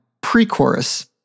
Pre-chorus